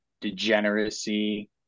degeneracy